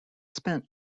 spent